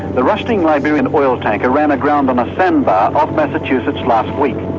the rusting liberian oil tanker ran aground on a sandbar off massachusetts last week.